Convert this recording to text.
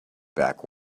back